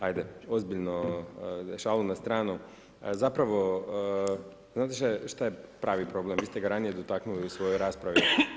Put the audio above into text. Ajde ozbiljno šalu na stranu, zapravo, znate što je pravi problem, vi ste ga ranije dotaknuli u svojoj raspravi.